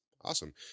Awesome